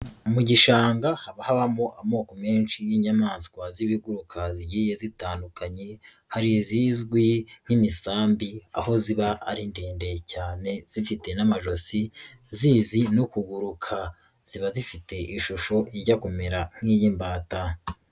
Mu gishanga haba habamo amoko menshi y'inyamaswa z'ibiguruka zigiye zitandukanye, hari izizwi nk'imisambi aho ziba ari ndende cyane zifite n'amajosi zizi no kuguruka, ziba zifite ishusho ijya kumera nk'iy'imbata.